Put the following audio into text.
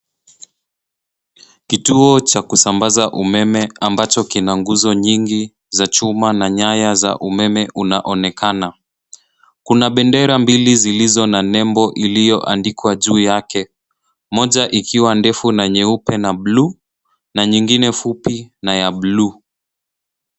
Kituo cha kusambaza umeme ambacho kina nguzo nyingi za chuma na nyaya za umeme unaonekana. Kuna bendera mbili zilizo na nembo iliyoandikwa juu yake, moja ikiwa ndefu na nyeupe na bluu na nyingine fupi na ya bluu.